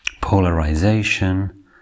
polarization